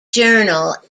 journal